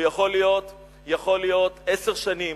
הוא יכול להיות עשר שנים